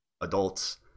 adults